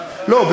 לא,